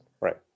Right